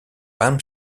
palm